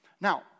Now